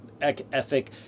ethic